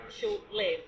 short-lived